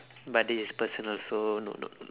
but this is personal so no no no